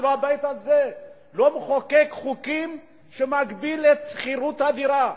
אפילו הבית הזה לא מחוקק חוקים שמגבילים את שכר הדירה.